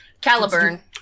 Caliburn